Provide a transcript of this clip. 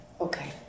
Okay